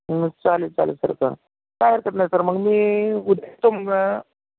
मग चालेल चालेल सर तर काय हरकत नाही सर मग मी उद्या येतो मग